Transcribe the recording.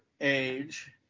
age